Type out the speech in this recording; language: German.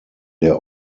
der